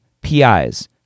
PIs